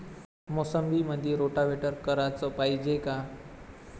मोसंबीमंदी रोटावेटर कराच पायजे का?